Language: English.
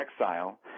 exile